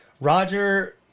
Roger